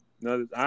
No